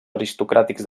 aristocràtics